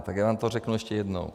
Tak já vám to řeknu ještě jednou.